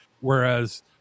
whereas